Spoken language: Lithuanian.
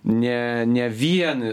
ne ne vien